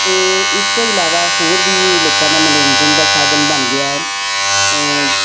ਅਤੇ ਇਸ ਤੋਂ ਇਲਾਵਾ ਹੋਰ ਵੀ ਲੋਕਾਂ ਦਾ ਮਨੋਰੰਜਨ ਦਾ ਸਾਧਨ ਬਣ ਗਿਆ ਹੈ